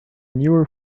newer